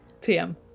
TM